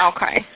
Okay